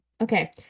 okay